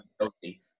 healthy